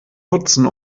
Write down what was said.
nutzen